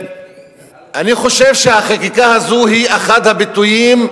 ואני חושב שהחקיקה הזאת היא אחד הביטויים,